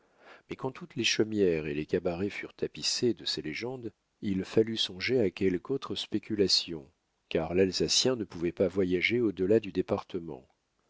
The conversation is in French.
mais quand toutes les chaumières et les cabarets furent tapissés de ces légendes il fallut songer à quelque autre spéculation car l'alsacien ne pouvait pas voyager au delà du département